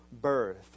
birth